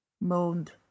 moaned